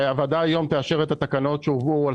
הוועדה היום תאשר את התקנות שהובאו על